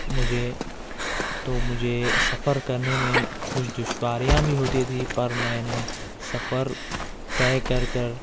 مجھے تو مجھے سفر کرنے میں کچھ دشواریاں بھی ہوتی تھیں پر میں نے سفر طے کر کر